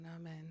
Amen